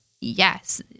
yes